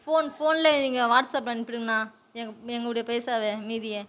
phone ஃபோன்லேயே நீங்கள் WhatsApp அனுப்பிடுங்கண்ணா எங்கள் எங்களுடைய பைசாவை மீதியை